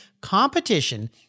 competition